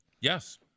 Yes